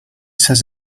says